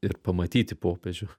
ir pamatyti popiežių